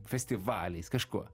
festivaliais kažkuo